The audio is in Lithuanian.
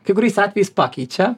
kai kuriais atvejais pakeičia